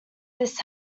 this